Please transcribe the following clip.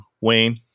wayne